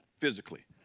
physically